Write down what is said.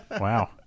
Wow